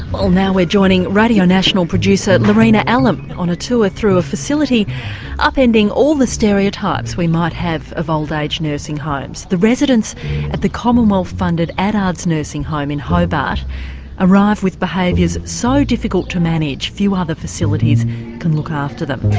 well now we're joining radio national producer lorena allam on a tour through a facility upending all the stereotypes we might have of old age nursing homes. the residents at the commonwealth funded adards nursing home in hobart arrive with behaviours so difficult to manage, few other facilities can look after them.